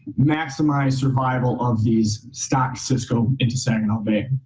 maximize survival of these stock cisco into saginaw bay.